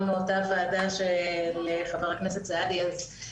מאותה ועדה שחבר הכנסת סעדי הזכיר,